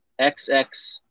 XX